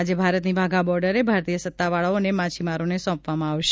આજે ભારતની વાઘા બોડરે ભારતીય સત્તાવાળાઓને માછીમારોને સોંપવામાં આવશે